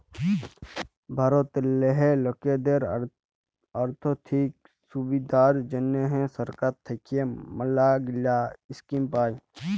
ভারতেল্লে লকদের আথ্থিক সুবিধার জ্যনহে সরকার থ্যাইকে ম্যালাগিলা ইস্কিম পায়